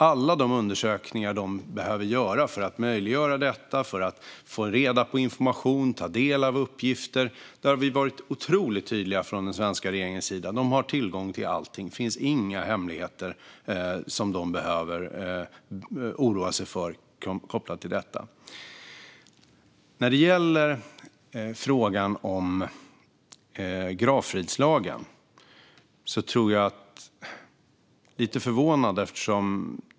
Vi har varit otroligt tydliga från den svenska regeringens sida när det gäller alla de undersökningar de behöver göra för att få reda på information och ta del av uppgifter. De har tillgång till allting. Det finns inga hemligheter som de behöver oroa sig för kopplat till detta. När det gäller frågan om gravfridslagen är jag lite förvånad.